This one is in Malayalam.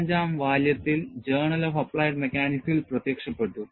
ഇത് 35 ാം വാല്യത്തിൽ ജേണൽ ഓഫ് അപ്ലൈഡ് മെക്കാനിക്സിൽ പ്രത്യക്ഷപ്പെട്ടു